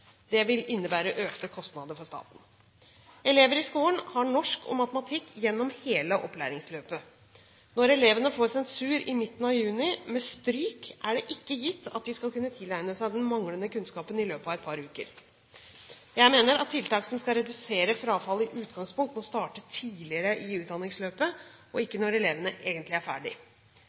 Det vil innebære økte kostnader for staten. Elever i skolen har norsk og matematikk gjennom hele opplæringsløpet. Når elevene får sensur i midten av juni med stryk, er det ikke gitt at de skal kunne tilegne seg den manglende kunnskapen i løpet av et par uker. Jeg mener at tiltak som skal redusere frafall, i utgangspunktet må starte tidligere i utdanningsløpet, ikke når elevene egentlig er